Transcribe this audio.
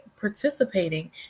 participating